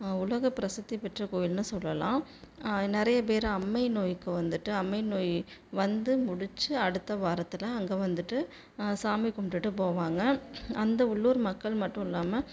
உலக பிரசித்தி பெற்ற கோயில்னு சொல்லலாம் நிறைய பேர் அம்மை நோய்க்கு வந்துட்டு அம்மை நோய் வந்து முடிச்சு அடுத்த வாரத்தில் அங்கே வந்துவிட்டு சாமி கும்பிட்டுட்டு போவாங்க அந்த உள்ளூர் மக்கள் மட்டுல்லாமல்